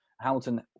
Hamilton